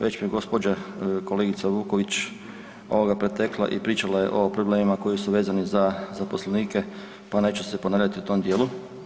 Već me je gospođa kolegica Vuković ovoga pretekla i pričala je o problemima koji su vezani za zaposlenike pa neću se ponavljati u tom dijelu.